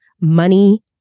money